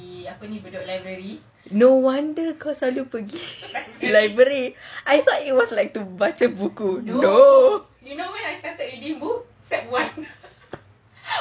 no wonder kau selalu pergi library I thought it was to like to baca buku no